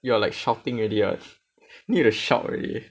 you are like shouting already [what] need to shout already